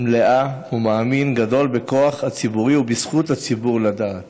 מלאה ומאמין גדול בכוח הציבורי ובזכות הציבור לדעת.